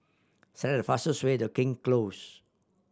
select the fastest way the King Close